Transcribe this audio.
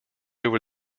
over